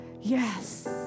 Yes